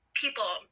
people